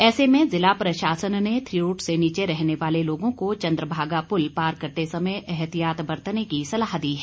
ऐसे में जिला प्रशासन ने थिरोट से नीचे रहने वाले लोगों को चन्द्रभागा पुल पार करते समय ऐहतियात बरतने की सलाह दी है